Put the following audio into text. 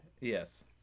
Yes